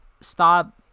Stop